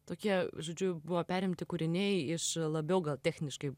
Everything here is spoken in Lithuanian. tokie žodžiu buvo perimti kūriniai iš labiau gal techniškai